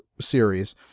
series